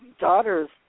daughter's